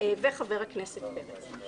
וחבר הכנסת פרץ.